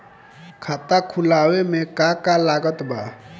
खाता खुलावे मे का का लागत बा?